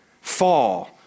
fall